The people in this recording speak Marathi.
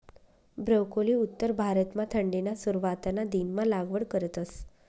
ब्रोकोली उत्तर भारतमा थंडीना सुरवातना दिनमा लागवड करतस